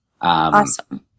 Awesome